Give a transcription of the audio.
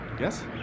Yes